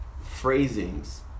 phrasings